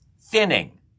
thinning